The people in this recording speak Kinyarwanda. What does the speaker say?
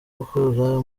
gukura